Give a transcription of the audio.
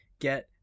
get